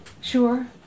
sure